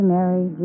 Mary